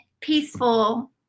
peaceful